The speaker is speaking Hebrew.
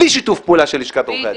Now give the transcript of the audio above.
בלי שיתוף פעולה של לשכת עורכי הדין.